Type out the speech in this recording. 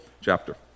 chapter